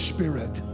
Spirit